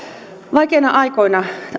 vaikeina aikoina